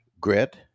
grit